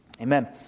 Amen